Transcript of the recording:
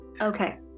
okay